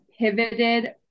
pivoted